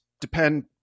depend